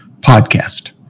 podcast